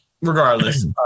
regardless